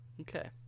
Okay